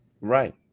Right